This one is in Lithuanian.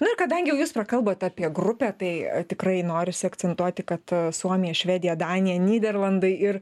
na kadangi jau jūs prakalbot apie grupę tai tikrai norisi akcentuoti kad suomija švedija danija nyderlandai ir